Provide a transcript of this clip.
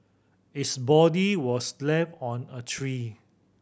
its body was left on a tree